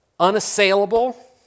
unassailable